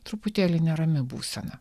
truputėlį nerami būsena